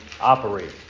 operate